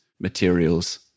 materials